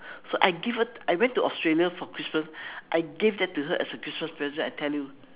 so I give her I went to Australia for christmas I gave that to her as a Christmas present I tell you